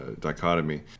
dichotomy